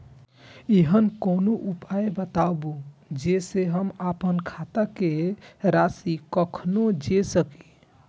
ऐहन कोनो उपाय बताबु जै से हम आपन खाता के राशी कखनो जै सकी?